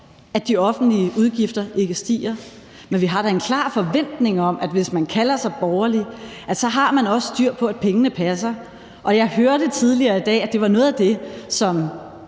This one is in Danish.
at de offentlige udgifter ikke stiger. Men vi har da en klar forventning om, at man, hvis man kalder sig borgerlig, også har styr på, at pengene passer. Jeg hørte tidligere i dag, at det var noget af det, som